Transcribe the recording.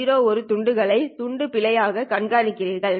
01துண்டுகளை துண்டு பிழை ஆக காண்கிறீர்கள்